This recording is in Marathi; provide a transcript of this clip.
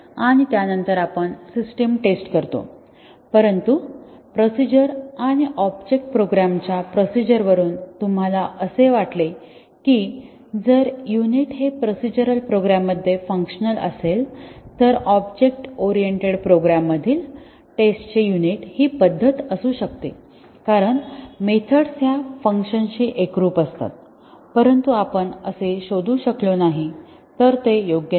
आणि त्यानंतर आपण सिस्टम टेस्ट करतो परंतु प्रोसिजर आणि ऑब्जेक्ट प्रोग्रामच्या प्रोसिजर वरून तुम्हाला असे वाटेल की जर युनिट हे प्रोसिजरल प्रोग्राम मध्ये फंक्शन असेल तर ऑब्जेक्ट ओरिएंटेड प्रोग्राम मधील टेस्टचे युनिट ही पद्धत असू शकते कारण मेथड्स या फंक्शन्सशी एकरूप असतात परंतु आपण असे शोधू शकलो नाही तर ते योग्य नाही